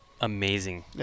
amazing